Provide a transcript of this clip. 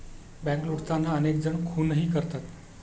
bank लुटताना अनेक जण खूनही करतात